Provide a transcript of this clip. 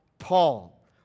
Paul